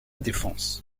défense